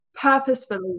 purposefully